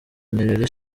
nirere